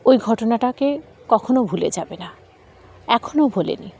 ওই ঘটনাটাকে কখনও ভুলে যাবে না এখনও ভোলেনি